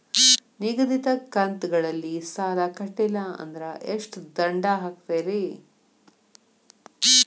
ನಿಗದಿತ ಕಂತ್ ಗಳಲ್ಲಿ ಸಾಲ ಕಟ್ಲಿಲ್ಲ ಅಂದ್ರ ಎಷ್ಟ ದಂಡ ಹಾಕ್ತೇರಿ?